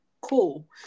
Cool